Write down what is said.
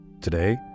Today